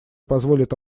позволит